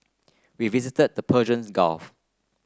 we visited the Persian Gulf